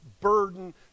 burden